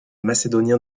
macédoniens